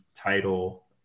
Title